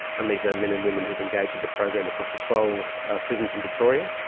and these are men and women who have engaged with the program across twelve ah prisons in victoria,